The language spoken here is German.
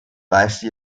reichte